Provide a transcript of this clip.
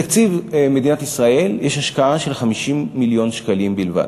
בתקציב מדינת ישראל יש השקעה של 50 מיליון שקלים בלבד.